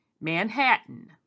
Manhattan